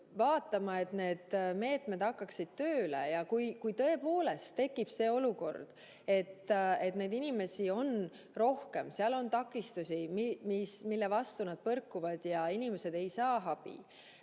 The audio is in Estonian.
vaatama, et need meetmed hakkaksid tööle. Kui tõepoolest tekib see olukord, et neid inimesi on rohkem, seal on takistusi, mille vastu põrkutakse, ja inimesed, kes abi